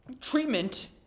treatment